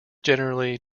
generally